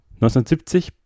1970